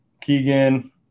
Keegan